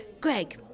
Greg